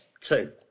two